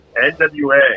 NWA